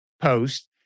post